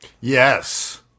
Yes